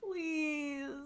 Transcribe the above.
Please